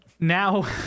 Now